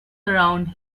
around